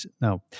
no